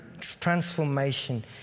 transformation